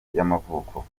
y’amavuko